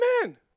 Amen